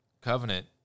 Covenant